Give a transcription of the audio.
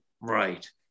Right